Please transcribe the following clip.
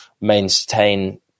maintain